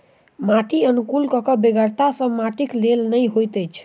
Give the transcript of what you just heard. माटि अनुकुलकक बेगरता सभ माटिक लेल नै होइत छै